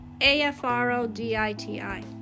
A-F-R-O-D-I-T-I